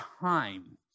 time